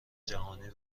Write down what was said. جهانی